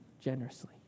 Generously